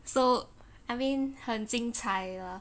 so I mean 很精彩 lah